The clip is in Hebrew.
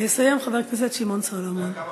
לא נמצא כאן, חברת הכנסת מירי רגב,